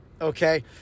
Okay